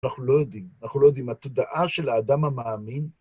אנחנו לא יודעים, אנחנו לא יודעים, התודעה של האדם המאמין...